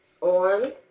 on